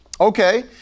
okay